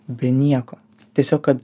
be nieko tiesiog kad